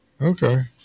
Okay